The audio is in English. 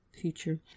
future